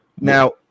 now